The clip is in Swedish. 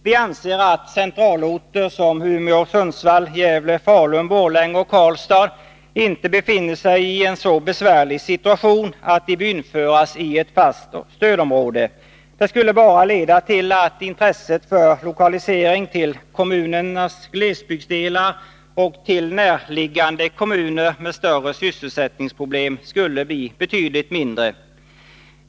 Vi anser att centralorter som Umeå, Sundsvall, Gävle, Falun, Borlänge och Karlstad inte befinner sig i en så besvärlig situation att de bör inplaceras i ett fast stödområde. Det skulle bara leda till att intresset för lokalisering till kommunernas glesbygdsdelar och till närliggande kommuner med större sysselsättningsproblem skulle bli betydligt mindre.